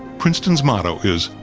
princeton's motto is,